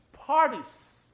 Parties